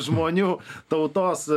žmonių tautos